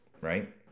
right